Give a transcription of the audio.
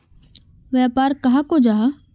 व्यापार कहाक को जाहा?